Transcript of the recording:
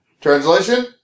Translation